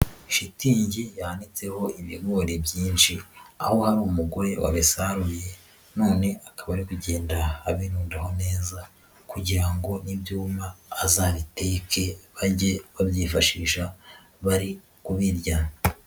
Shitingi yanitseho ibigori byinshi, aho hari umugore wabisaruye, none akaba ari kugenda abirundaho neza kugira ngo nibyuma azabiteke, bajye babyifashisha bari kubirya.